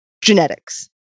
genetics